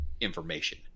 information